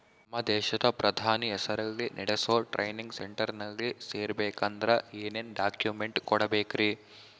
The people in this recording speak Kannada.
ನಮ್ಮ ದೇಶದ ಪ್ರಧಾನಿ ಹೆಸರಲ್ಲಿ ನೆಡಸೋ ಟ್ರೈನಿಂಗ್ ಸೆಂಟರ್ನಲ್ಲಿ ಸೇರ್ಬೇಕಂದ್ರ ಏನೇನ್ ಡಾಕ್ಯುಮೆಂಟ್ ಕೊಡಬೇಕ್ರಿ?